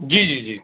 جی جی جی